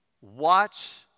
Watch